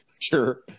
sure